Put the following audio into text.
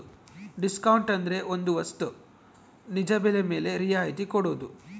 discount ಅಂದ್ರೆ ಒಂದ್ ವಸ್ತು ನಿಜ ಬೆಲೆ ಮೇಲೆ ರಿಯಾಯತಿ ಕೊಡೋದು